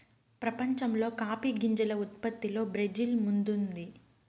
ప్రపంచంలో కాఫీ గింజల ఉత్పత్తిలో బ్రెజిల్ ముందుంది